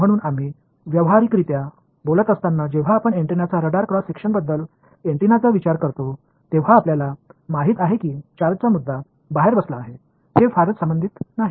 म्हणून आम्ही व्यावहारिकरित्या बोलत असताना जेव्हा आपण अँटेनाच्या रडार क्रॉस सेक्शनबद्दल अँटेनाचा विचार करता तेव्हा आपल्याला माहित आहे की चार्जचा मुद्दा बाहेर बसला आहे हे फारच संबंधित नाही